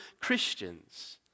Christians